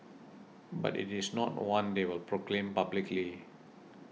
but it is not one they will proclaim publicly